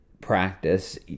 practice